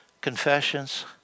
confessions